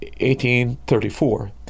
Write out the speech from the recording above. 1834